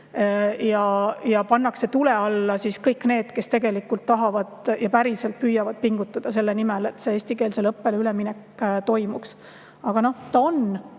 mõistlik. Tule alla pannakse kõik need, kes tegelikult tahavad ja päriselt püüavad pingutada selle nimel, et see eestikeelsele õppele üleminek toimuks. Aga see on